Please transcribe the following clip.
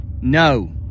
No